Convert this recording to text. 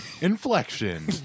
inflection